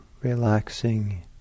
relaxing